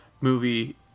movie